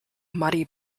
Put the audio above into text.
muddy